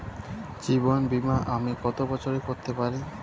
জীবন বীমা আমি কতো বছরের করতে পারি?